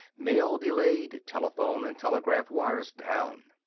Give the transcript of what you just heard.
mail delayed, telephone and telegraph wires down.